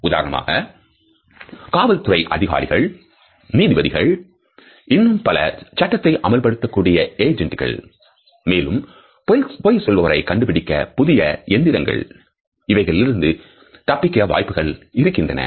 உதாரணமாக காவல்துறை அதிகாரிகள் நீதிபதிகள் இன்னும் பிற சட்டத்தை அமல்படுத்தக் கூடிய ஏஜெண்டுகள் மேலும் பொய் சொல்பவரை கண்டுபிடிக்க புதிய எந்திரங்கள் இவைகளில் இருந்து தப்பிக்க வாய்ப்புகள் இருக்கின்றது